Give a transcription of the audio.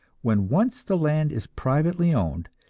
when once the land is privately owned,